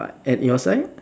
uh at your side